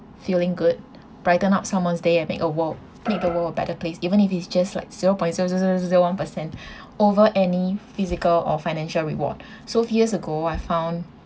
feeling good brighten up someone's day and make a world make the world a better place even if it's just like zero point zero zero zero zero zero one per cent over any physical or financial reward so few years ago I found